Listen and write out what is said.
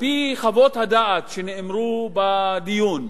על-פי חוות הדעת שנאמרו בדיון,